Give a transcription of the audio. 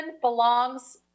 belongs